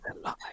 Alive